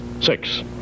Six